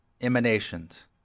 Emanations